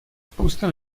spousta